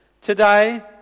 Today